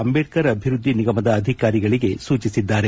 ಅಂಬೇಡ್ಕರ್ ಅಭಿವೃದ್ದಿ ನಿಗಮದ ಅಧಿಕಾರಿಗಳಿಗೆ ಸೂಚಿಸಿದ್ದಾರೆ